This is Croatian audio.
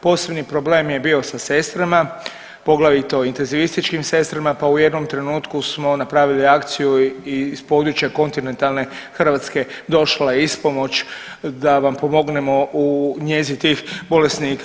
Posebni problem je bio sa sestrama, poglavito intezivističkim sestrama, pa u jednom trenutku smo napravili akciju i iz područja Kontinentalne Hrvatske došla je ispomoć da vam pomognemo u njezi tih bolesnika.